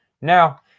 Now